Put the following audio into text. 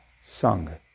sung